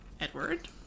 Edward